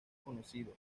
conocido